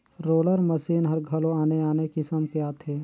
roller machine हर घलो आने आने किसम के आथे